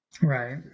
right